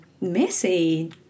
messy